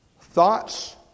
Thoughts